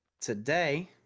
today